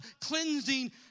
cleansing